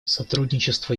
сотрудничество